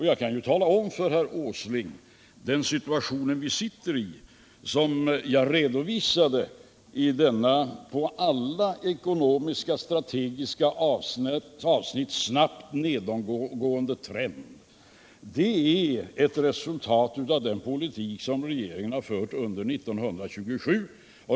Jag kan tala om för herr Åsling att den på alla strategiska ekonomiska avsnitt nedåtgående trend som jag redovisade är ett resultat av den politik regeringen fört under 1977.